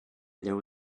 there